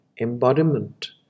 embodiment